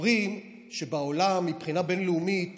אומרים שבעולם מבחינה בין-לאומית